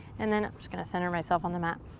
and then, i'm just gonna center myself on the mat.